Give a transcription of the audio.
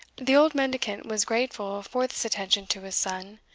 the old mendicant was grateful for this attention to his son,